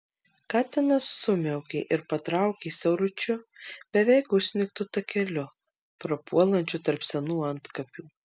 katinas sumiaukė ir patraukė siauručiu beveik užsnigtu takeliu prapuolančiu tarp senų antkapių